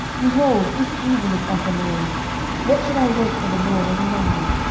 behold, this evil is of the lord what should i wait for the lord any longer?